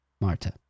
Marta